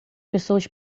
pessoas